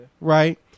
Right